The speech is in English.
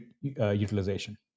utilization